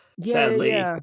sadly